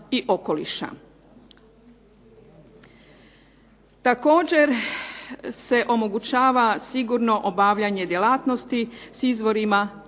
Također se omogućava sigurno obavljanje djelatnosti s izvorima